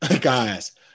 guys